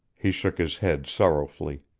he shook his head sorrowfully.